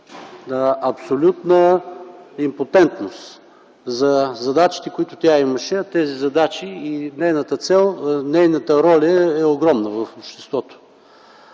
абсолютна импотентност за задачите, които тя имаше. А тези задачи, нейната цел, нейната роля е огромна в обществото.